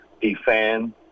defend